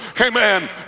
amen